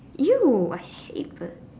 !eww! I hate birds